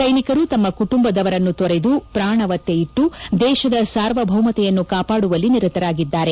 ಸ್ಲೆನಿಕರು ತಮ್ಮ ಕುಟುಂಬದವರನ್ನು ತೊರೆದು ಪ್ರಾಣ ಒತ್ತೆಯಿಟ್ಲು ದೇಶದ ಸಾರ್ವಭೌಮತೆಯನ್ನು ಕಾಪಾಡುವಲ್ಲಿ ನಿರತರಾಗಿದ್ದಾರೆ